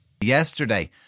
Yesterday